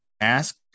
ask